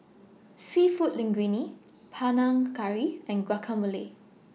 Seafood Linguine Panang Curry and Guacamole